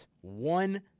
One